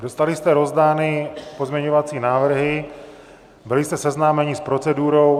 Dostali jste rozdány pozměňovací návrhy, byli jste seznámeni s procedurou.